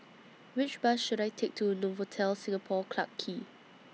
Which Bus should I Take to Novotel Singapore Clarke Quay